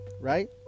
right